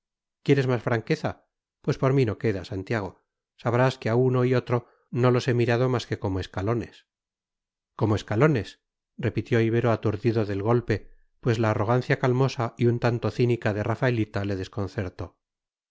quieres más franqueza pues por mí no queda santiago sabrás que a uno y otro no los he mirado más que como escalones como escalones repitió ibero aturdido del golpe pues la arrogancia calmosa y un tanto cínica de rafaelita le desconcertó